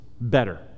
better